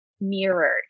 mirrored